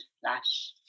flash